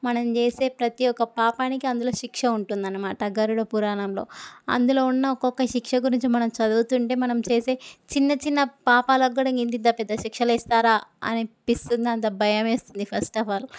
మనం చేసే ప్రతీ ఒక పాపానికి అందులో శిక్ష ఉంటుందన్నమాట గరుడ పురాణంలో అందులో ఉన్న ఒక్కొక్క శిక్ష గురించి మనం చదువుతుంటే మనం చేసే చిన్న చిన్న పాపాలకి కూడా ఇంతింత పెద్ద శిక్షలు వేస్తారా అనిపిస్తుంది అంత భయమేస్తుంది ఫస్ట్ ఆఫ్ ఆల్